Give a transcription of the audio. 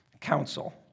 council